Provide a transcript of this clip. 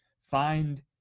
find